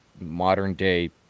modern-day